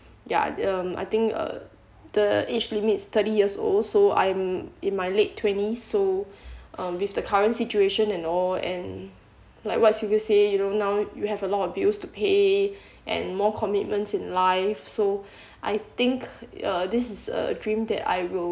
ya um I think uh the age limits thirty years old I'm in my late twenties so um with the current situation and all and like what's you you say you know now you have a lot of bills to pay and more commitments in life so I think uh this is a dream that I will